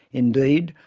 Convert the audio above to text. indeed,